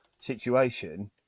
situation